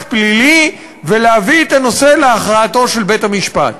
פלילי ולהביא את הנושא להכרעתו של בית-המשפט.